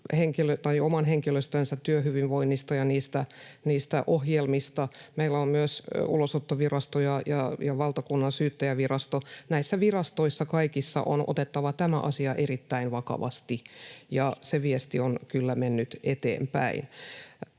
oman henkilöstönsä työhyvinvoinnista ja niistä ohjelmista. Meillä on myös ulosottovirastoja ja Valtakunnansyyttäjänvirasto. Kaikissa näissä virastoissa on otettava tämä asia erittäin vakavasti, ja se viesti on kyllä mennyt eteenpäin.